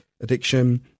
addiction